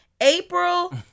April